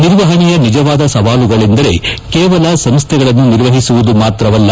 ನಿರ್ವಹಣೆಯ ನಿಜವಾದ ಸವಾಲುಗಳೆಂದರೆ ಕೇವಲ ಸಂಸ್ಟೆಗಳನ್ನು ನಿರ್ವಹಿಸುವುದು ಮಾತ್ರವಲ್ಲ